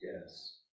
Yes